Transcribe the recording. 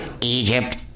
Egypt